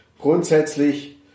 grundsätzlich